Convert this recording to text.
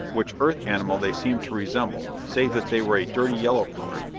which earth animal they seemed to resemble, save that they were a dirty yellow color,